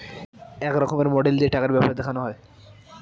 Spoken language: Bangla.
এক রকমের মডেল দিয়ে টাকার ব্যাপার দেখানো হয়